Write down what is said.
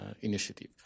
initiative